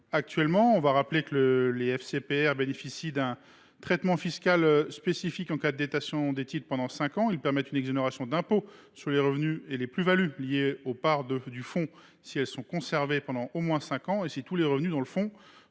actuellement. Les FCPR bénéficient d’un traitement fiscal spécifique en cas de détention de titres pendant cinq ans. Ils permettent une exonération d’impôts sur les revenus et les plus values liés aux parts du fonds, si elles sont conservées pendant au moins cinq ans et si tous les revenus dans le fonds